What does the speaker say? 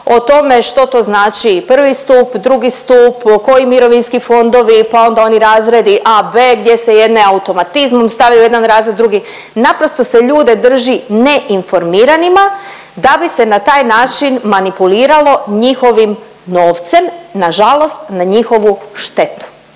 o tome što to znači I. stup, II. stup, koji mirovinski fondovi, pa onda oni razredi A, B gdje se jedne automatizmom stavlja u jedan razred, drugi, naprosto se ljude drži neinformiranima da bi se na taj način manipuliralo njihovim novcem, nažalost na njihovu štetu.